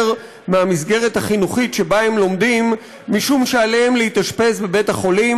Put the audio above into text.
מהמסגרת החינוכית שבה הם לומדים משום שעליהם להתאשפז בבית-החולים,